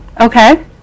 okay